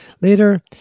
Later